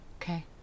Okay